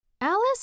Alice